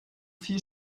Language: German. viel